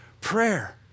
prayer